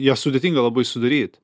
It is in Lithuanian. ją sudėtinga labai sudaryt